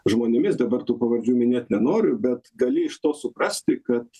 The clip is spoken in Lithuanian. žmonėmis dabar tų pavardžių minėt nenoriu bet gali iš to suprasti kad